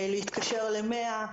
להתקשר ל-100.